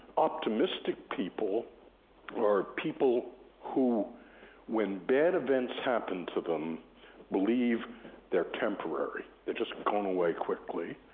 optimistic people are people who when bad events happen to them believe they're temporary. they're just gone away quickly.